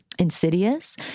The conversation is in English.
Insidious